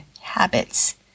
habits